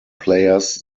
players